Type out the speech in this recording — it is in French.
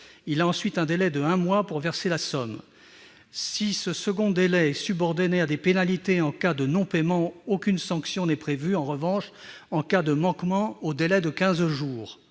ensuite d'un délai d'un mois pour verser la somme. Si ce second délai est subordonné à des pénalités en cas de non-paiement, aucune sanction n'est en revanche prévue en cas de manquement au délai de quinze jours.